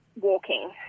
walking